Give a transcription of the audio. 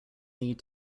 need